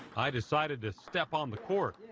i decided to step on the court.